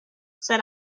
said